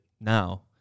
now